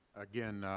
again,